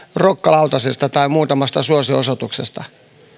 rokkalautasesta tai muutamasta suosionosoituksesta